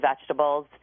vegetables